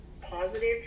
positive